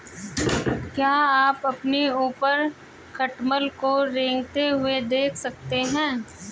क्या आप अपने ऊपर खटमल को रेंगते हुए देख सकते हैं?